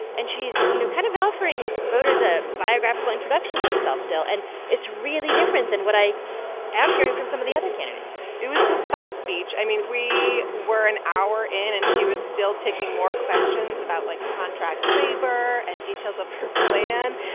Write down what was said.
and she's, you know, kind of offering voters a biographical introduction to herself, still. and it's really different than what i am hearing from some of the other candidates it was the stump speech. i mean, we were an hour in, and she was still taking more questions about, like, contract labor and details of her plan.